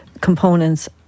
components